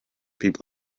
people